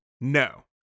No